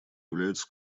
являются